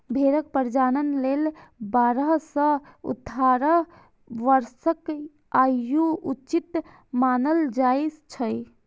भेड़क प्रजनन लेल बारह सं अठारह वर्षक आयु उचित मानल जाइ छै